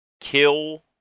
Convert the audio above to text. kill